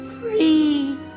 free